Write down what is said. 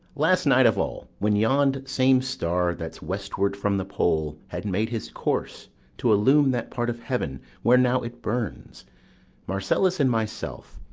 last night of all, when yond same star that's westward from the pole had made his course to illume that part of heaven where now it burns marcellus and myself,